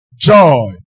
Joy